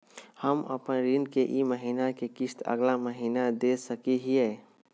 हम अपन ऋण के ई महीना के किस्त अगला महीना दे सकी हियई?